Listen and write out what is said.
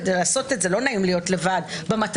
כדי לעשות את זה - לא נעים להיות לבד במתנות